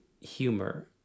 humor